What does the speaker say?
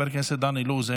חבר הכנסת דן אילוז,